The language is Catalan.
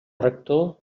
rector